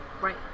right